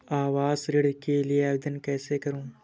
आवास ऋण के लिए आवेदन कैसे करुँ?